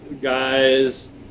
guys